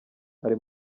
ari